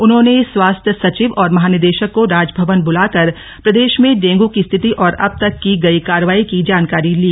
उन्होंने स्वास्थ्य सचिव और महानिदेशक को राजभवन बुलाकर प्रदेश में डेंगू की स्थिति और अब तक की गयी कार्रवाई की जानकारी ली